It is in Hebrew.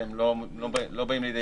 שהם לא באים לידי ביטוי.